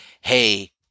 hey